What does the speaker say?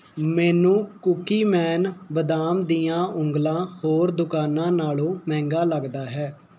ਮੈਨੂੰ ਕੂਕੀਮੈਨ ਬਦਾਮ ਦੀਆਂ ਉਂਗਲਾਂ ਹੋਰ ਦੁਕਾਨਾਂ ਨਾਲੋਂ ਮਹਿੰਗਾ ਲੱਗਦਾ ਹੈ